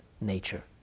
nature